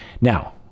Now